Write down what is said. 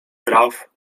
praw